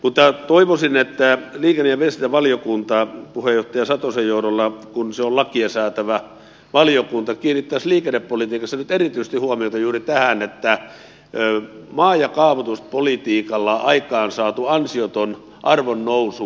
mutta toivoisin että liikenne ja viestintävaliokunta puheenjohtaja satosen johdolla kun se on lakia säätävä valiokunta kiinnittäisi liikennepolitiikassa nyt erityisesti huomiota juuri tähän maa ja kaavoituspolitiikalla aikaansaatuun ansiottomaan arvonnousuun